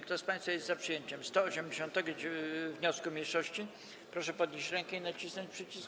Kto z państwa jest za przyjęciem 180. wniosku mniejszości, proszę podnieść rękę i nacisnąć przycisk.